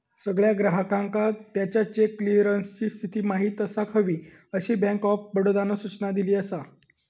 सगळ्या ग्राहकांका त्याच्या चेक क्लीअरन्सची स्थिती माहिती असाक हवी, अशी बँक ऑफ बडोदानं सूचना दिली असा